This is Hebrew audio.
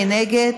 מי נגד?